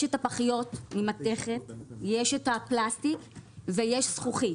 יש הפחיות ממתכת, יש הפלסטיק ויש זכוכית.